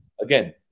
again